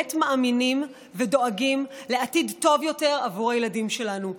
באמת מאמינים ודואגים לעתיד טוב יותר עבור הילדים שלנו.